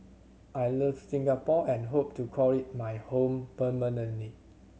I love Singapore and hope to call it my home permanently